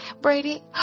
Brady